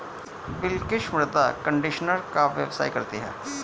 बिलकिश मृदा कंडीशनर का व्यवसाय करती है